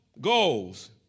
goals